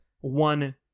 one